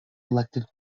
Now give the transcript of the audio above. elected